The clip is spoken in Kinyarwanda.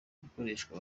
gukoreshwa